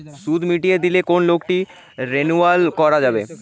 সুদ মিটিয়ে দিলে কি লোনটি রেনুয়াল করাযাবে?